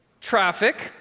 traffic